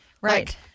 Right